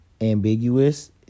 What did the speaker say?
ambiguous